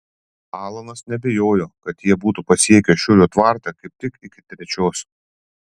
alanas neabejojo kad jie būtų pasiekę šiurio tvartą kaip tik iki trečios